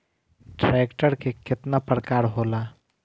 Tractor के केतना प्रकार होला?